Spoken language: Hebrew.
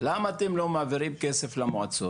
למה אתם לא מעבירים כסף למועצות?